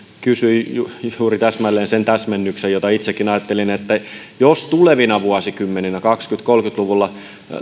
kysyi juuri täsmälleen sen täsmennyksen jota itsekin ajattelin jos tulevina vuosikymmeninä kaksikymmentä viiva kolmekymmentä luvuilla